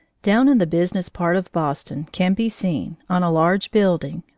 down in the business part of boston can be seen, on a large building,